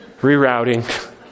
Rerouting